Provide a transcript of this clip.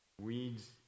weeds